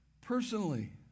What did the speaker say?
personally